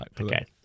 Okay